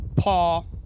Paul